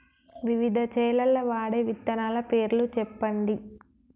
వివిధ చేలల్ల వాడే విత్తనాల పేర్లు చెప్పండి?